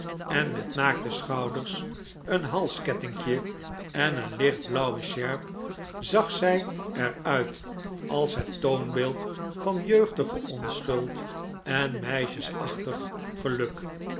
en met naakte schouders een halskettinkje en een lichtblauwe sjerp zag zij er uit als het toonbeeld van jeugdige onschuld en meisjesachtig geluk